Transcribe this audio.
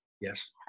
Yes